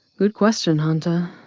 good question, hunter.